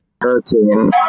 Hurricane